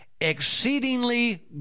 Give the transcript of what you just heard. exceedingly